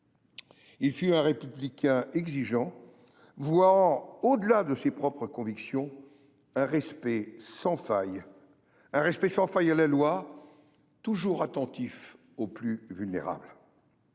Il fut un républicain exigeant, vouant, au delà de ses propres convictions, un respect sans faille à la loi, toujours attentif aux plus vulnérables.